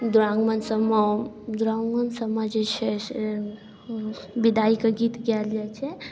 दुरागमन सबमे दुरागमन सबमे जे छै से विदाइके गीत गाएल जाइ छै